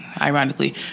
Ironically